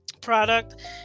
product